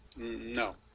no